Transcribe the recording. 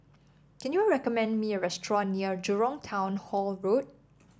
can you recommend me a restaurant near Jurong Town Hall Road